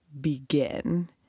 begin